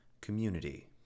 community